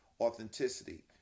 Authenticity